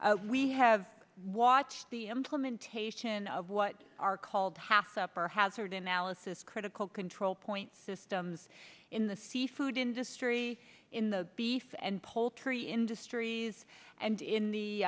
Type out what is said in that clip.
we have watched the implementation of what are called half up or hazard analysis critical control point systems in the seafood industry in the beef and poultry industries and in